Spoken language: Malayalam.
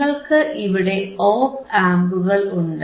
നിങ്ങൾക്ക് ഇവിടെ ഓപ് ആംപുകൾ ഉണ്ട്